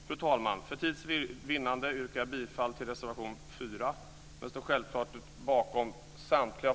Fru talman! För tids vinnande yrkar jag bifall till reservation 4, men jag står självklart bakom samtliga